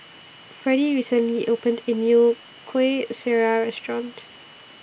Freddie recently opened A New Kuih Syara Restaurant